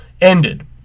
ended